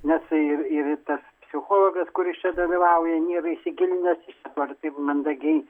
nes ir ir tas psichologas kuris čia dalyvauja nėra įsigilinęs jis dabar taip mandagiai